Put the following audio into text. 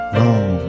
long